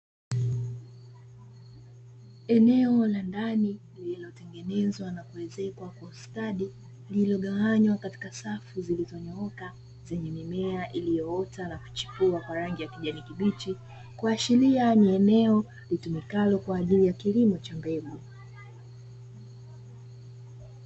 Eneo la ndani lililotengenezwa na kuezekwa kwa ustadi lililogawanywa katika safu zilizo nyooka zenye mimea iliyoota na kuchipua kwa rangi ya kijani kibichi, kuashiria ni eneo litumikalo kwa ajili ya kilimo cha mbegu.